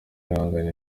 ahanganye